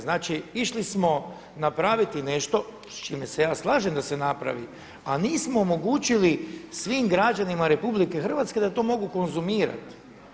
Znači išli smo napraviti nešto, s čime se ja slažem da se napravi, a nismo omogućili svim građanima RH da to mogu konzumirati.